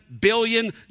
billion